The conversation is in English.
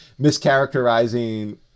mischaracterizing